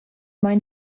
mein